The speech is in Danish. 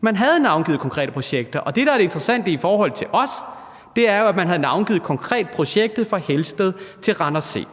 Man havde navngivet konkrete projekter. Og det, der er det interessante i forhold til os, er jo, at man konkret havde navngivet projektet fra Helsted til Randers C,